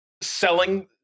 selling